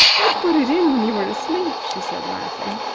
i put it in when you were asleep, she said, laughing,